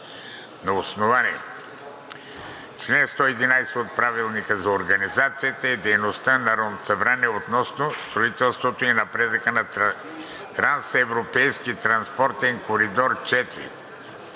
на основание чл. 111 от Правилника за организацията и дейността на Народното събрание относно строителството и напредъка на трансевропейския транспортен коридор IV